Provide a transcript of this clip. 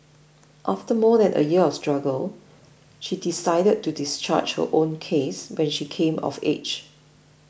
after more than a year of struggle she decided to discharge her own case when she came of age